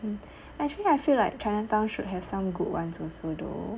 um actually I feel like chinatown should have some good ones also though